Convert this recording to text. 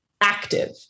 active